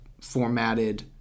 formatted